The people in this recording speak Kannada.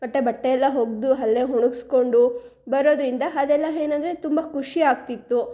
ಮತ್ತು ಬಟ್ಟೆಯೆಲ್ಲಾ ಒಗ್ದು ಅಲ್ಲೇ ಒಣಗಿಸ್ಕೊಂಡು ಬರೋದರಿಂದ ಅದೆಲ್ಲಾ ಏನಂದ್ರೆ ತುಂಬ ಖುಷಿಯಾಗ್ತಿತ್ತು